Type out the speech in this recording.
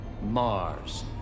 Mars